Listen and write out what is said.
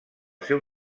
seu